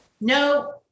no